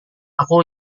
aku